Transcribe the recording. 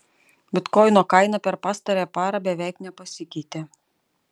bitkoino kaina per pastarąją parą beveik nepasikeitė